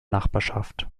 nachbarschaft